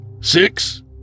Six